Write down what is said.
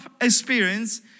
experience